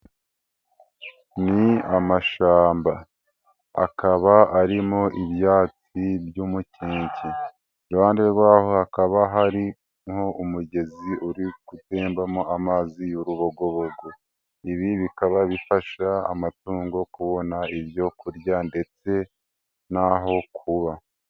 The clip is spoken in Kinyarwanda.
Ni amashamba. Akaba arimo ibyatsi by'umukeke. Iruhande rwaho hakaba hari ho umugezi uri gutembamo amazi y'urubogobogo. Ibi bikaba bifasha amatungo kubona ibyo kurya ndetse naho kuba.